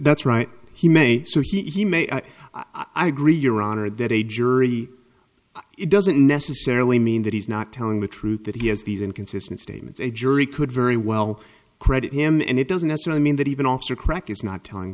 that's right he may so he may i agree your honor that a jury it doesn't necessarily mean that he's not telling the truth that he has these inconsistent statements a jury could very well credit him and it doesn't necessarily mean that even officer crack is not telling